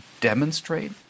demonstrate